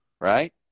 Right